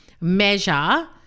measure